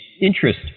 interest